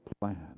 plan